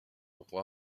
roi